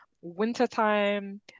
wintertime